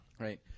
Right